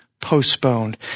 postponed